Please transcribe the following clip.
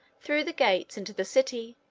through the gates, into the city,